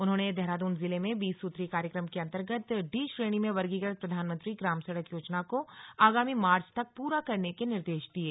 उन्होंने देहरादून जिले में बीस सूत्री कार्यक्रम के अन्तर्गत डी श्रेणी में वर्गीकृत प्रधानमंत्री ग्राम सड़क योजना को आगामी मार्च तक पूरा करने के निर्देश दिये